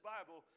Bible